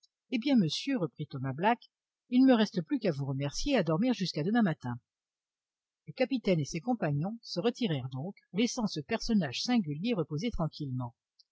eh bien monsieur reprit thomas black il ne me reste plus qu'à vous remercier et à dormir jusqu'à demain matin le capitaine et ses compagnons se retirèrent donc laissant ce personnage singulier reposer tranquillement